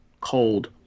cold